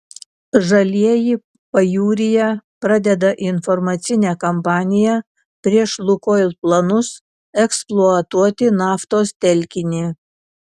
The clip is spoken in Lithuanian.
žalieji pajūryje pradeda informacinę kampaniją prieš lukoil planus eksploatuoti naftos telkinį